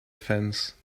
fence